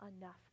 enough